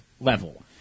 level